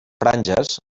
franges